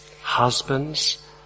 Husbands